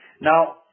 Now